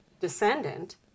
descendant